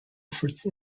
efforts